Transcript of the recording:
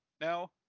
now